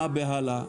הבהלה?